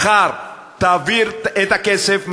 מחר תעביר את הכסף,